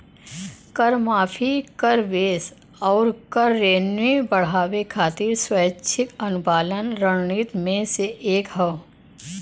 कर माफी, कर बेस आउर कर रेवेन्यू बढ़ावे खातिर स्वैच्छिक अनुपालन रणनीति में से एक हौ